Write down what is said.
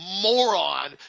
moron